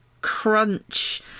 crunch